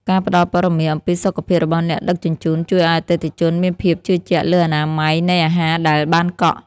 ការផ្ដល់ព័ត៌មានអំពីសុខភាពរបស់អ្នកដឹកជញ្ជូនជួយឱ្យអតិថិជនមានភាពជឿជាក់លើអនាម័យនៃអាហារដែលបានកក់។